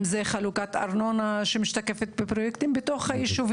אם זו חלוקת ארנונה שמשתקפת בפרויקטים בתוך הישובים,